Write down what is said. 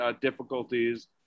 difficulties